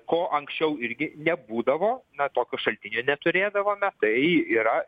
ko anksčiau irgi nebūdavo na tokio šaltinio neturėdavome tai yra